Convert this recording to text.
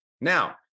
Now